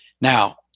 Now